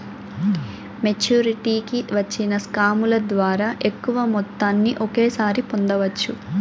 మెచ్చురిటీకి వచ్చిన స్కాముల ద్వారా ఎక్కువ మొత్తాన్ని ఒకేసారి పొందవచ్చు